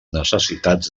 necessitats